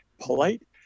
polite